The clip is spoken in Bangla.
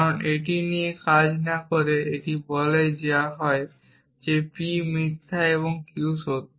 কারণ এটি নিয়ে কাজ না করে এটি বলে যে হয় p মিথ্যা বা q সত্য